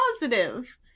positive